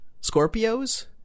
Scorpio's